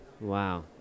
Wow